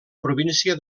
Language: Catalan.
província